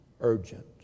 Urgent